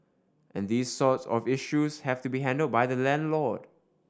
and these sort of issues have to be handled by the landlord